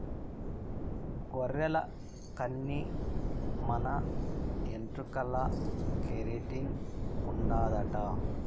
గొర్రెల కన్ని మన ఎంట్రుకల్ల కెరటిన్ ఉండాదట